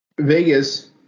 Vegas